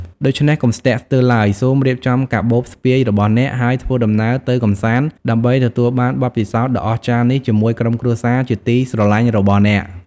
ដូច្នេះកុំស្ទាក់ស្ទើរឡើយ សូមរៀបចំកាបូបស្ពាយរបស់អ្នកហើយធ្វើដំណើរទៅកម្សាន្តដើម្បីទទួលបានបទពិសោធន៍ដ៏អស្ចារ្យនេះជាមួយក្រុមគ្រួសារជាទីស្រឡាញ់របស់អ្នក។